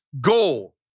goal